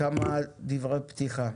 כמה דברים פתיחה.